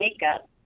makeup